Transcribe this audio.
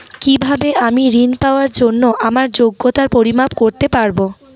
কিভাবে আমি ঋন পাওয়ার জন্য আমার যোগ্যতার পরিমাপ করতে পারব?